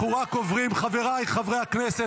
חבריי חברי הכנסת,